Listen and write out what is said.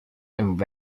and